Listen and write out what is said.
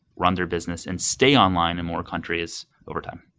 run their business and stay online in more countries overtime.